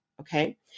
Okay